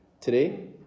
Today